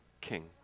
king